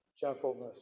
gentleness